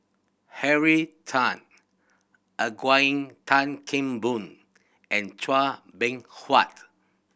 Henry Tan Eugene Tan Kheng Boon and Chua Beng Huat